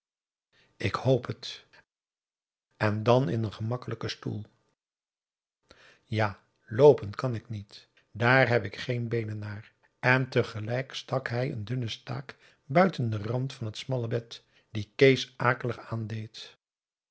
ik hoop het en dan in een gemakkelijken stoel ja loopen kan ik niet daar heb ik geen beenen naar en tegelijk stak hij een dunne staak buiten den rand van het smalle bed die kees akelig aandeed